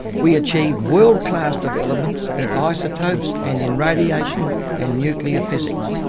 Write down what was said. we achieved world class developments in isotopes and in radiation and nuclear physics.